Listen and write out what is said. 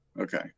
okay